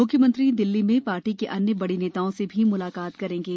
मुख्यमंत्री दिल्ली में पार्टी के अन्य बड़े नेताओं से भी मुलाकात करेंगे